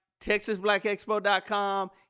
texasblackexpo.com